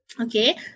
okay